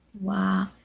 Wow